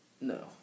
No